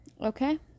Okay